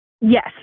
Yes